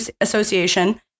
association